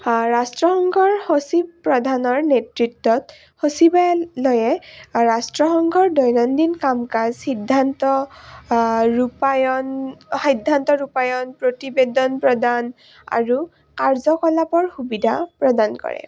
ৰাষ্ট্ৰসংঘৰ সচিব প্ৰধানৰ নেতৃত্বত সচিবালয়ে ৰাষ্ট্ৰসংঘৰ দৈনন্দিন কাম কাজ সিদ্ধান্ত ৰূপায়ণ সিদ্ধান্ত ৰূপায়ণ প্ৰতিবেদন প্ৰদান আৰু কাৰ্যকলাপৰ সুবিধা প্ৰদান কৰে